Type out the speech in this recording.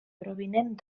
provinent